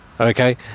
Okay